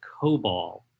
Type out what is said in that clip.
COBOL